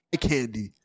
candy